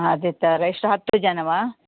ಅದೆ ಥರ ಎಷ್ಟು ಹತ್ತು ಜನರಾ